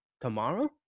tomorrow